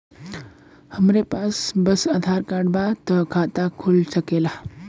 हमरे पास बस आधार कार्ड बा त खाता खुल सकेला?